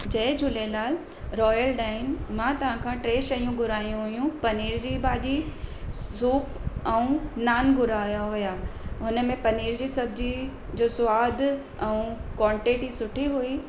जय Jhulelal Royal Dine मां तव्हां खां टे शयूं घुरायूं हुयूं पनीर जी भाॼी सूप ऐं नान घुराया हुआ हुन में पनीर जी सब्ज़ी जो सवादु ऐं क्वॉंटिटी सुठी हुई